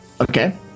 Okay